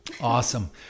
Awesome